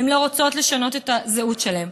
הן לא רוצות לשנות את הזהות שלהן.